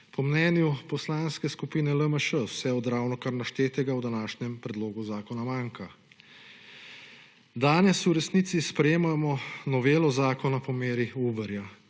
Po mnenju Poslanske skupine LMŠ, vse od ravnokar naštetega v današnjem predlogu zakona / nerazumljivo/. Danes v resnici sprejemamo novelo zakona po meri Uberja.